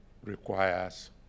requires